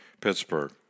Pittsburgh